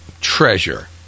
treasure